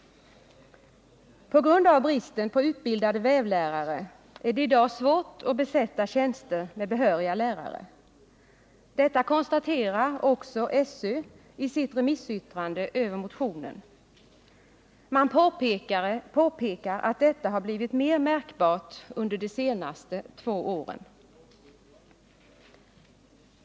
På grund av bristen på utbildade vävlärare är det i dag svårt att besätta tjänster med behöriga lärare. Detta konstaterar också SÖ i sitt remissyttrande över motionen. Man påpekar även att detta förhållande blivit mer märkbart under de senaste två åren.